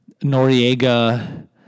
Noriega